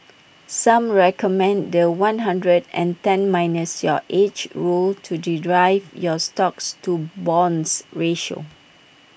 some recommend The One hundred and ten minus your age rule to derive your stocks to bonds ratio